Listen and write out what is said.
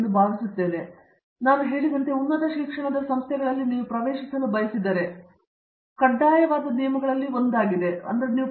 ನಿರ್ಮಲ ನಾನು ಹೇಳಿದ ಉನ್ನತ ಶಿಕ್ಷಣದ ಈ ಸಂಸ್ಥೆಗಳಲ್ಲಿ ನೀವು ಪ್ರವೇಶಿಸಲು ಬಯಸಿದರೆ ಇದು ಕಡ್ಡಾಯವಾದ ನಿಯಮಗಳಲ್ಲಿ ಒಂದಾಗಿದೆ ಎಂದು ನಾನು ಭಾವಿಸುತ್ತೇನೆ